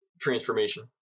transformation